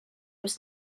was